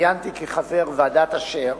כיהנתי כחבר ועדת-אשר,